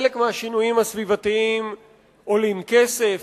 חלק מהשינויים הסביבתיים עולים כסף,